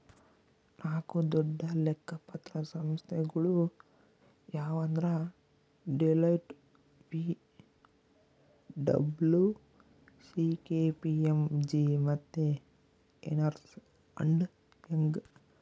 ನಾಕು ದೊಡ್ಡ ಲೆಕ್ಕ ಪತ್ರ ಸಂಸ್ಥೆಗುಳು ಯಾವಂದ್ರ ಡೆಲೋಯ್ಟ್, ಪಿ.ಡಬ್ಲೂ.ಸಿ.ಕೆ.ಪಿ.ಎಮ್.ಜಿ ಮತ್ತೆ ಎರ್ನ್ಸ್ ಅಂಡ್ ಯಂಗ್